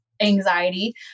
anxiety